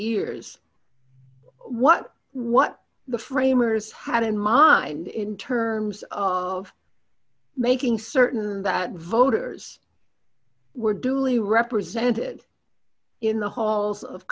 years what what the framers had in mind in terms of making certain that voters were duly represented in the halls of